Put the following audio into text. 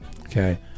okay